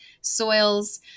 soils